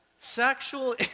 Sexual